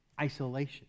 isolation